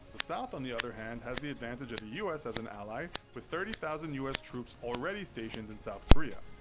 the south on the other hand has the advantage of the us as an ally, with thirty thousand us troops already stationed in south korea.